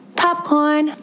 popcorn